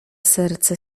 serce